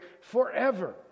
forever